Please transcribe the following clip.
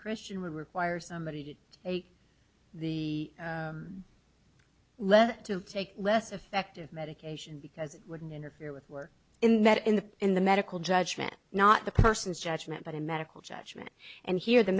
christian would require somebody to take the lead to take less effective medication because it wouldn't interfere with work in that in the in the medical judgment not the person's judgment but in medical judgment and here the